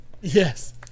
Yes